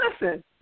listen